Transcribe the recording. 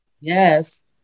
Yes